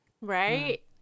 Right